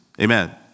Amen